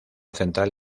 central